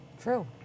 True